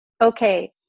okay